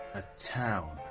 a town.